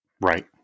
Right